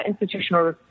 institutional